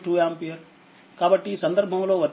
కాబట్టిఈ సందర్భంలో వర్తింపజేస్తే ఇది 2Ω